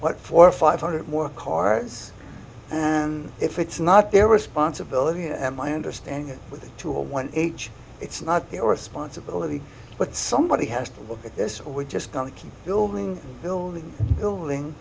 what four or five hundred more cars and if it's not their responsibility and my understanding with two or one age it's not the aura sponsibility but somebody has to look at this or we're just going to keep building building building